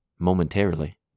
momentarily